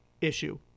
issue